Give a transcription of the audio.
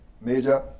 major